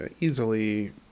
easily